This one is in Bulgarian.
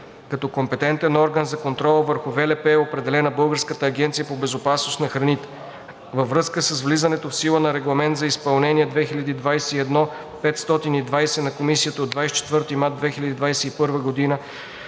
Като компетентен орган за контрол върху ВЛП е определена Българската агенция по безопасност на храните. Във връзка с влизането в сила на Регламент за изпълнение 2021/520 на Комисията от 24 март 2021 г. за